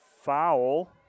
foul